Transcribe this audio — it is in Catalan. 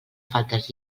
faltes